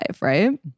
Right